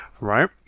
right